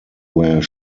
where